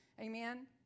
Amen